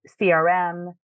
CRM